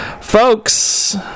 folks